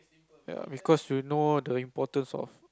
ya because you know the importance of